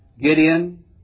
Gideon